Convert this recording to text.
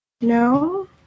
no